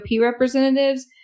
representatives